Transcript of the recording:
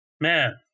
Man